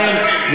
אחרים,